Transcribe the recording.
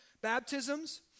baptisms